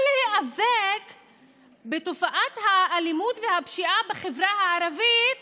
להיאבק בתופעת האלימות והפשיעה בחברה הערבית